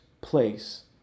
place